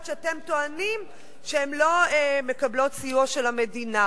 שאתם טוענים שהן לא מקבלות סיוע של המדינה,